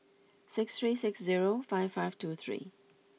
six three six zero five five two three